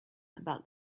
about